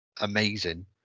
amazing